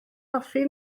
hoffi